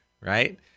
right